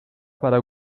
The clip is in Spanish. para